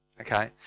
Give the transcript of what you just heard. Okay